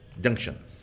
junction